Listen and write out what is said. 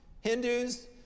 Hindus